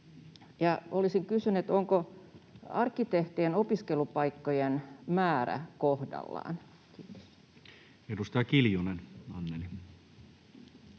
Olisinkin kysynyt, onko arkkitehtien opiskelupaikkojen määrä kohdallaan. Edustaja Kiljunen Anneli.